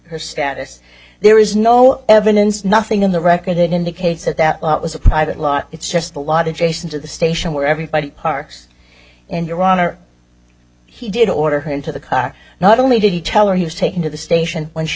her status there is no evidence nothing in the record that indicates that that was a private lot it's just a lot of jason to the station where everybody parks in your honor he did order her into the car not only did he tell her he was taken to the station when she